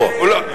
הוא פה, הוא פה.